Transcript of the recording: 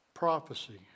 prophecy